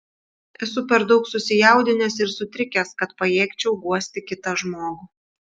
esu per daug susijaudinęs ir sutrikęs kad pajėgčiau guosti kitą žmogų